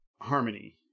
Harmony